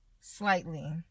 slightly